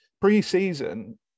pre-season